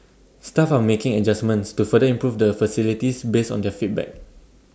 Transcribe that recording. staff are making adjustments to further improve the facilities based on their feedback